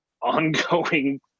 ongoing